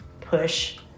push